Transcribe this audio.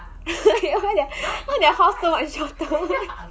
why their house so much